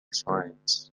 science